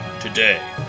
today